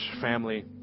family